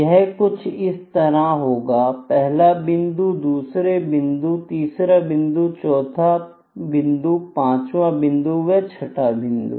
यह कुछ इस तरह होगा पहला बिंदु दूसरा बिंदु तीसरा बिंदु चौथा बिंदु पांचवा बिंदु व छठा बिंदु